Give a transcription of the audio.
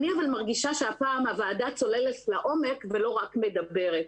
אני מרגישה שהפעם הוועדה צוללת לעומק ולא רק מדברת.